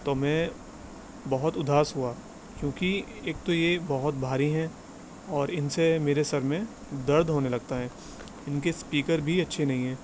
تو میں بہت اداس ہوا کیوںکہ ایک تو یہ بہت بھاری ہیں اور ان سے میرے سر میں درد ہونے لگتا ہے ان کے اسپیکر بھی اچھے نہیں ہیں